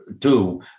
two